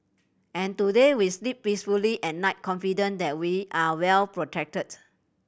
and today we sleep peacefully at night confident that we are well protected